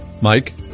Mike